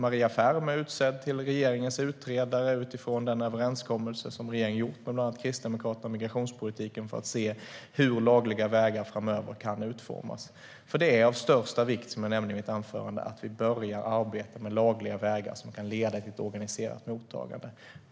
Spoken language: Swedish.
Maria Ferm är utsedd till regeringens utredare utifrån den överenskommelse om migrationspolitiken som regeringen gjort med bland andra Kristdemokraterna för att se hur lagliga vägar kan utformas framöver. Som jag nämnde i mitt anförande är det av största vikt att vi börjar arbetet med lagliga vägar som kan leda till ett organiserat mottagande.